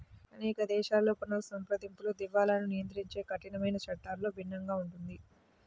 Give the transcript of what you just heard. అనేక దేశాలలో పునఃసంప్రదింపులు, దివాలాను నియంత్రించే కఠినమైన చట్టాలలో భిన్నంగా ఉంటుంది